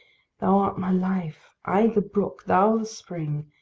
thou art my life i the brook, thou the spring.